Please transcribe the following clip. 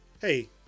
hey